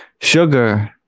sugar